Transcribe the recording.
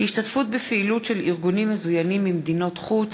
(השתתפות בפעילות של ארגונים מזוינים במדינות חוץ),